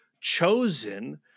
chosen